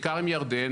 בעיקר עם ירדן,